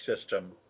system